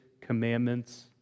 commandments